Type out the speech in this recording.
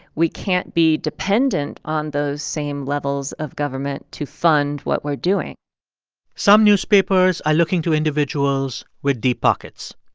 we can't be dependent on those same levels of government to fund what we're doing some newspapers are looking to individuals with deep pockets.